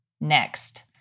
next